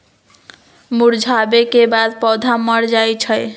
मुरझावे के बाद पौधा मर जाई छई